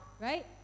right